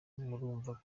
murumva